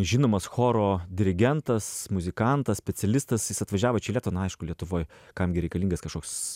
žinomas choro dirigentas muzikantas specialistas jis atvažiavo čia į lietuvą nu aišku lietuvoj kam gi reikalingas kažkoks